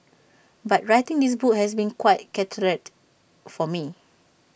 but writing this book has been quite cathartic for me